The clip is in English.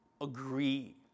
agree